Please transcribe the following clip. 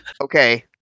Okay